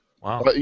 Wow